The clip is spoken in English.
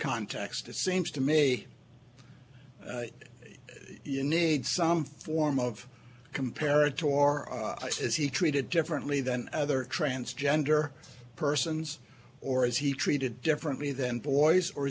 context it seems to me you need some form of comparative or is he treated differently than other transgender persons or is he treated differently than boys or